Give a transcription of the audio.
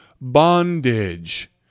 bondage